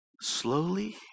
slowly